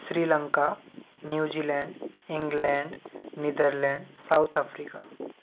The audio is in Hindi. Sri Lanka New Zealand England Netherlands south Africa